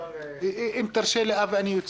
רוצה לומר עוד משהו כי אני יוצא.